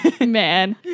Man